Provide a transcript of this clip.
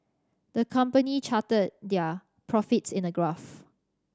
the company charted their profits in a graph